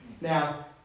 Now